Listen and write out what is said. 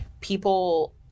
people